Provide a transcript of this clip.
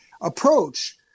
approach